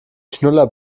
schnuller